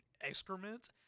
excrement